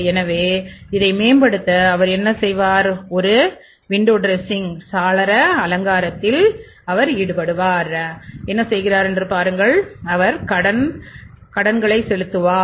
எனவே இதை மேம்படுத்த அவர் என்ன செய்வார் ஒரு விண்டோ ட்ரெஸ்ஸிங் அவர் என்ன செய்வார் என்று பாருங்கள் அவர் கடன் அவர்களின் கடன்களை செலுத்துவார்